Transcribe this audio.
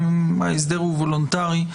גם ההסדר הוא וולונטרי,